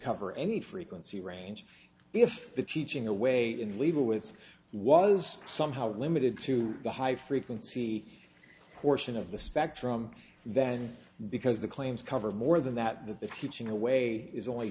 cover any frequency range if the teaching away in level with was somehow limited to the high frequency portion of the spectrum then because the claims cover more than that that the teaching away is only